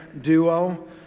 duo